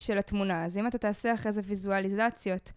של התמונה, אז אם אתה תעשה אחרי זה ויזואליזציות.